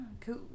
Cool